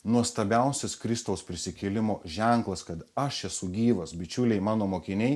nuostabiausias kristaus prisikėlimo ženklas kad aš esu gyvas bičiuliai mano mokiniai